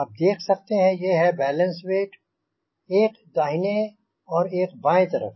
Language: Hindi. आप देख सकते हैं ये हैं बैलेन्स वेट एक दाहिने और एक बाएँ तरफ़